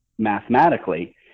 Mathematically